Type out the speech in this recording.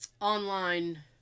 online